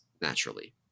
naturally